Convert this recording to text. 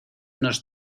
nos